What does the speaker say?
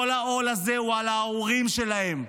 כל העול הזה הוא על ההורים שלהם,